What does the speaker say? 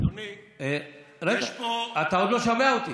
אדוני, יש פה, רגע, אתה עוד לא שומע אותי.